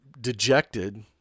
dejected